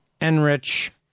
Enrich